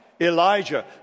Elijah